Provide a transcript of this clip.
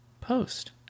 post